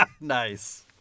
Nice